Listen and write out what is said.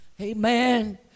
Amen